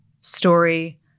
story